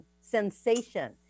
sensation